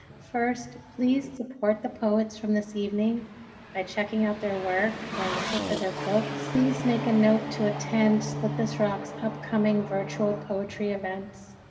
first, please support the poets from this evening by checking out their work and looking for their books. please make a note to attend split this rock's upcoming virtual poetry events.